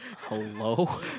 Hello